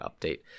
update